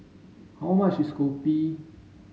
how much is Kopi